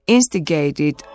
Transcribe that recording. Instigated